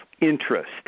interest